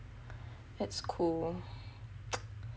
that's cool